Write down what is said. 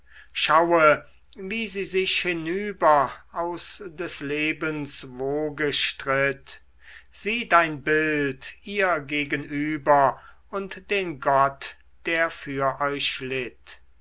schaue wie sie sich hinüber aus des lebens woge stritt sieh dein bild ihr gegenüber und den gott der für euch litt